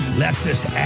leftist